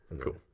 Cool